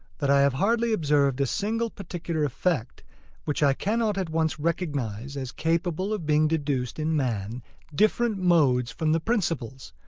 that i have hardly observed a single particular effect which i cannot at once recognize as capable of being deduced in man different modes from the principles,